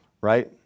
right